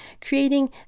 creating